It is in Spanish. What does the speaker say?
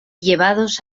llevados